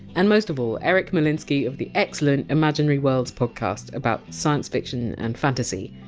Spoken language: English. and most of all, eric molinsky of the excellent imaginary worlds podcast, about science fiction and fantasy.